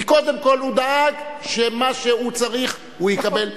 כי קודם כול הוא דאג שמה שהוא צריך הוא יקבל.